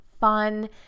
fun